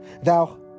Thou